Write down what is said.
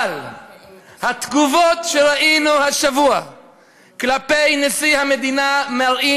אבל התגובות שראינו השבוע כלפי נשיא המדינה מראות